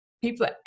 people